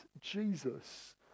Jesus